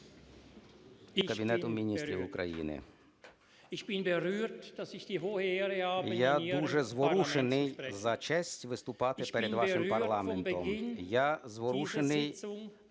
Я дуже зворушений за честь виступати перед вашим парламентом,